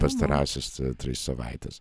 pastarąsias tris savaites